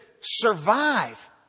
survive